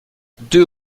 deux